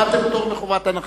קיבלתם פטור מחובת הנחה.